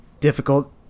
Difficult